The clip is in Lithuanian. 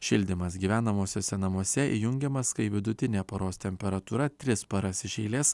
šildymas gyvenamuosiuose namuose įjungiamas kai vidutinė paros temperatūra tris paras iš eilės